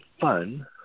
fun